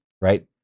right